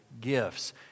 gifts